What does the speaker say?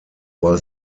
war